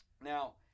Now